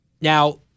Now